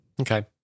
Okay